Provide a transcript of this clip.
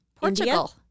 Portugal